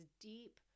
deep